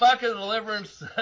Deliverance